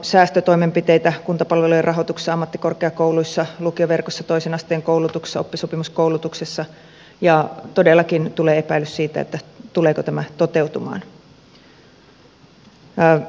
säästötoimenpiteitä on kuntapalvelujen rahoituksessa ammattikorkeakouluissa lukioverkossa toisen asteen koulutuksessa oppisopimuskoulutuksessa ja todellakin tulee epäilys siitä tuleeko tämä toteutumaan